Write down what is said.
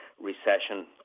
recession